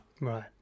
right